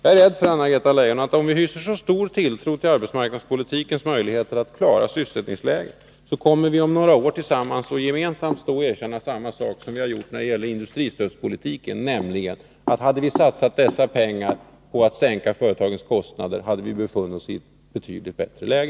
Jag är rädd för, Anna-Greta Leijon, att om vi hyser så stor tilltro till arbetsmarknadspolitikens möjligheter att klara sysselsättningsläget, kommer vi om några år att stå tillsammans och gemensamt erkänna samma sak som vi har gjort när det gäller industristödspolitiken, nämligen att om vi hade satsat dessa pengar på att sänka företagens kostnader hade vi befunnit oss i ett betydligt bättre läge.